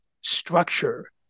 structure